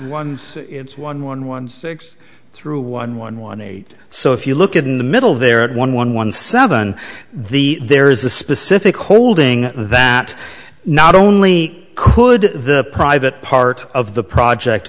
one one one one six through one one one eight so if you look at in the middle there at one one one seven the there is a specific holding that not only could the private part of the project